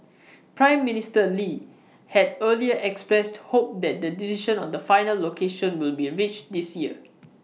Prime Minister lee had earlier expressed hope that the decision on the final location will be reached this year